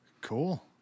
Cool